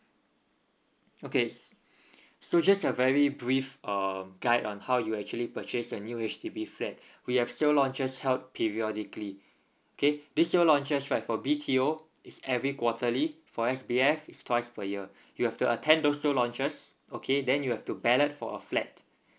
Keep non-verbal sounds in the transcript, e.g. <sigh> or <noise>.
okay so just a very brief uh guide on how you actually purchase a new H_D_B flat <breath> we have sales launchers held periodically okay this sales launches right for B T O is every quarterly for S B F is twice per year <breath> you have to attend those sales launches okay then you have to ballot for a flat